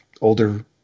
older